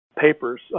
papers